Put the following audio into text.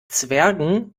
zwergen